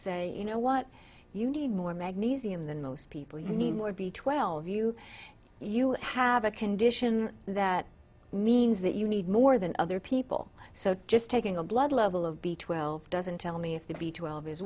say you know what you need more magnesium than most people you need more b twelve you you have a condition that means that you need more than other people so just taking a blood level of b twelve doesn't tell me if the b twelve is